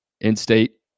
In-state